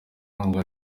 ihunga